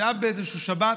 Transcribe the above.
זה היה באיזו שבת,